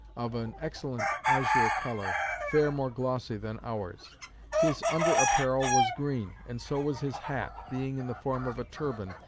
of an excellent azure colour, fair more glossy than ours his under apparel was green and so was his hat, being in the form of a turban,